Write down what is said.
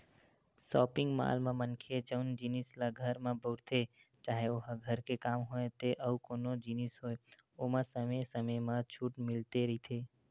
shopping mall म मनखे जउन जिनिस ल घर म बउरथे चाहे ओहा घर के काम होय ते अउ कोनो जिनिस होय ओमा समे समे म छूट मिलते रहिथे